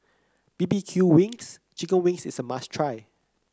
B B Q wings Chicken Wings is a must try